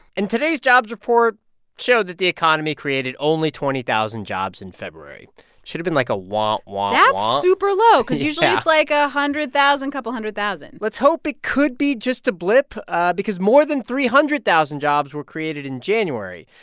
and today's jobs report showed that the economy created only twenty thousand jobs in february. it should've been like a womp womp super low because usually it's like a hundred thousand, couple hundred thousand let's hope it could be just a blip because more than three hundred thousand jobs were created in january.